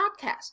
podcast